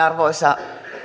arvoisa